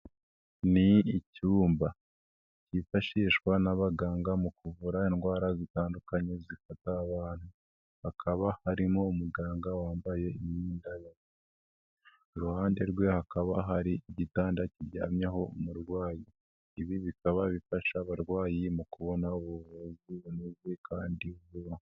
Ni icyumba cyifashishwa n'abaganga mu kuvura indwara zitandukanye zifata abantu hakaba harimo umuganga wambaye imyenda y'akazi, iruhande rwe hakaba hari igitanda kiryamyeho umurwayi, ibi bikaba bifasha abarwayi mu kubona ubuvuzi bunoze kandi vuba.